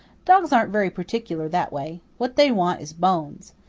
dogs aren't very particular that way. what they want is bones.